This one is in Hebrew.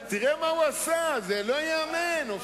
לנסות ולעצור את